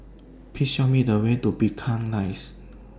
Please Show Me The Way to Binchang Rise